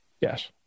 Yes